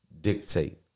dictate